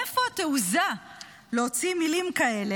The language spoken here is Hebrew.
מאיפה התעוזה להוציא מילים כאלה,